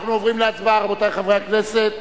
אנחנו עוברים להצבעה, רבותי חברי הכנסת.